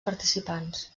participants